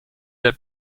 der